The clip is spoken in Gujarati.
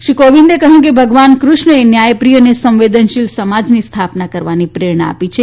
શ્રી કોવિદે કહ્યું કે ભગવાન ક્રષ્ણએ ન્યાયપ્રિય અને સંવેદનશીલ સમાજની સ્થાપના કરવાની પ્રેરણા આપી છે